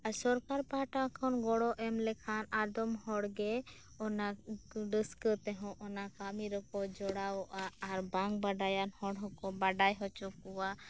ᱟᱨ ᱥᱚᱨᱠᱟᱨ ᱯᱟᱦᱚᱴᱟ ᱠᱷᱚᱱᱦᱚᱸ ᱜᱚᱲᱚ ᱮᱢ ᱞᱮᱠᱷᱟᱱ ᱟᱫᱚᱢ ᱦᱚᱲ ᱜᱮ ᱚᱱᱟ ᱨᱟᱹᱥᱠᱟᱹ ᱛᱮᱦᱚᱸ ᱚᱱᱟ ᱠᱟᱹᱢᱤ ᱨᱮᱠᱚ ᱡᱚᱲᱟᱣᱚᱜᱼᱟ ᱟᱨ ᱵᱟᱝ ᱵᱟᱰᱟᱭᱟᱱ ᱦᱚᱲ ᱦᱚᱸᱠᱚ ᱵᱟᱰᱟᱭ ᱦᱚᱪᱚ ᱠᱚᱣᱟ